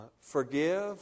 forgive